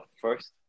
first